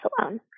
alone